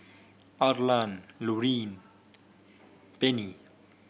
Arlan Lauryn Pennie